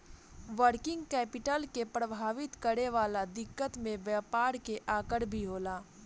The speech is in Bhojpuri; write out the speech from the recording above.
वर्किंग कैपिटल के प्रभावित करे वाला दिकत में व्यापार के आकर भी होला